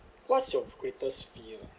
what's your greatest fear ah